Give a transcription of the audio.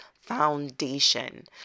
foundation